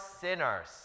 sinners